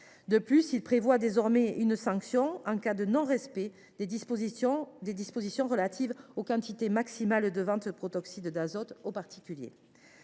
De plus, il prévoit désormais une sanction en cas de non respect des dispositions relatives aux quantités maximales de vente de protoxyde d’azote aux particuliers.